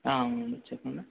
అవునండి చెప్పండి